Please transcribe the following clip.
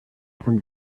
und